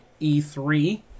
E3